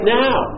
now